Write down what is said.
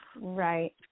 Right